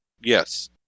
yes